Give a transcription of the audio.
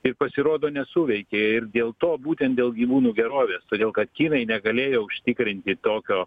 ir pasirodo nesuveikė ir dėl to būtent dėl gyvūnų gerovės todėl kad kinai negalėjo užtikrinti tokio